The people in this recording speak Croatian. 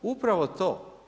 Upravo to.